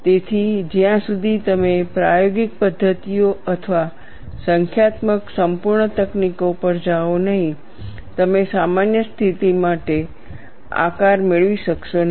તેથી જ્યાં સુધી તમે પ્રાયોગિક પદ્ધતિઓ અથવા સંખ્યાત્મક સંપૂર્ણ તકનીકો પર જાઓ નહીં તમે સામાન્ય પરિસ્થિતિ માટે આકાર મેળવી શકશો નહીં